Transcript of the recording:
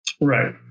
Right